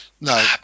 No